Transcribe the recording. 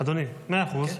אדוני, מאה אחוז.